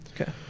Okay